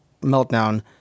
meltdown